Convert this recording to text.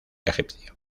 egipcio